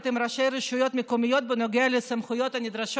עם ראשי רשויות מקומיות בנוגע לסמכויות הנדרשות